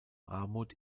armut